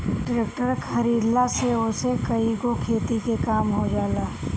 tractor खरीदला से ओसे कईगो खेती के काम हो जाला